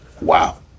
Wow